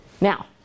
Now